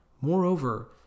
Moreover